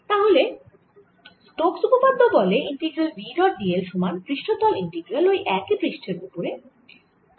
তাহলে স্টোক্স উপপাদ্য বলে integral v dot d l সমান পৃষ্ঠতল ইন্টিগ্রাল ওই একই পৃষ্ঠের ওপরে curl v dot d s